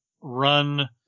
run